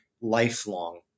lifelong